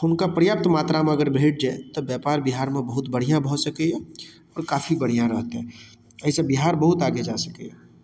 हुनका पर्याप्त मात्रामे अगर भेट जाइ तऽ व्यापार बिहारमे बहुत बढ़िआँ भऽ सकैया ओ काफी बढ़िआँ रहतै एहिसँ बिहार बहुत आगे जा सकैया